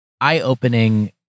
eye-opening